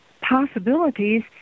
possibilities